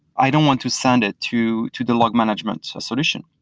i don't want to send it to to the log management solution.